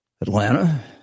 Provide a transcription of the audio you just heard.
Atlanta